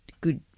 good